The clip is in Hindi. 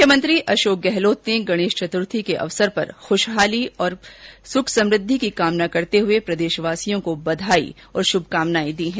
मुख्यमंत्री अशोक गहलोत ने गणेश चतुर्थी के अवसर पर खुशहाली और सुख समृद्धि की कामना करते हुए प्रदेशवासियों को बधाई और शुभकामनाएं दी हैं